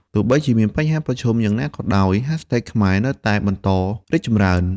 ទោះបីជាមានបញ្ហាប្រឈមយ៉ាងណាក៏ដោយ ហាស់ថេកខ្មែរនៅតែបន្តរីកចម្រើន។